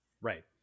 Right